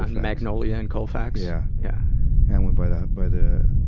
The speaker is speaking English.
magnolia and colfax? yeah. yeah and went by the, by the,